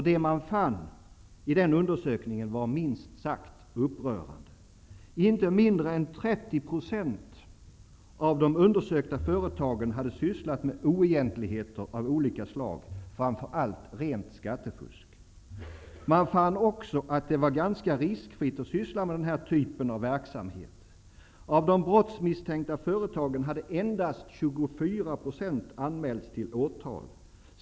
Det man fann i den undersökningen var minst sagt upprörande: Inte mindre än 30 % av de undersökta företagen hade sysslat med oegentligheter av olika slag, framför allt rent skattefusk. Man fann också att det var ganska riskfritt att syssla med den typen av verksamhet. Av de brottsmisstänkta företagen hade endast 24 % anmälts till åtal.